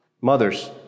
mothers